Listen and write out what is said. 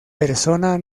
persona